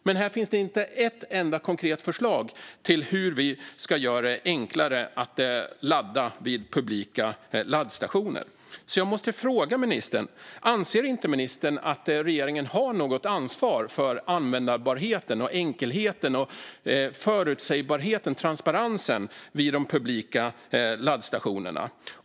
Men här finns det inte ett enda konkret förslag på hur vi ska göra det enklare att ladda vid publika laddstationer. Därför måste jag fråga ministern: Anser inte ministern att regeringen har något ansvar för användbarheten, enkelheten, förutsägbarheten och transparensen vid de publika laddstationerna?